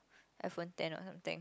iPhone ten or something